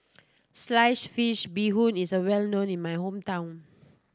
sliced fish Bee Hoon Soup is well known in my hometown